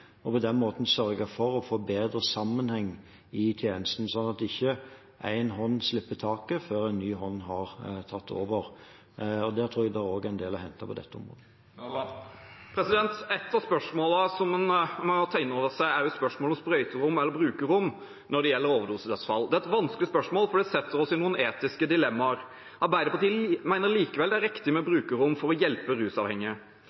på den måten sørge for å få bedre sammenheng i tjenesten, slik at ikke én hånd slipper taket før en ny hånd har tatt over. Der tror jeg også det er en del å hente på dette området. Et av spørsmålene som en må ta inn over seg, er spørsmålet om sprøyterom eller brukerrom når det gjelder overdosedødsfall. Det er et vanskelig spørsmål, for det setter oss i noen etiske dilemmaer. Arbeiderpartiet mener likevel det er riktig med